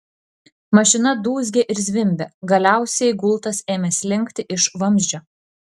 mašina dūzgė ir zvimbė galiausiai gultas ėmė slinkti iš vamzdžio